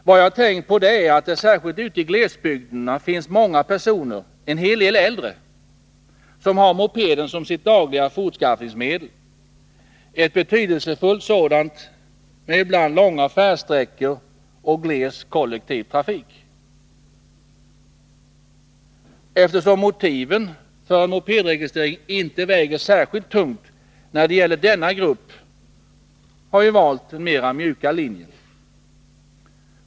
Vad jag här har tänkt på är att det särskilt ute i glesbygderna finns många personer — en hel del äldre — som har mopeden som sitt dagliga fortskaffningsmedel, ett betydelsefullt sådant för dem som har långa färdsträckor och gles kollektiv trafik. Eftersom motiven för en mopedregistrering inte väger särskilt tungt när det gäller denna grupp, har jag valt ”den mjuka linjen”.